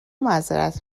معذرت